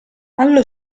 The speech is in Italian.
allo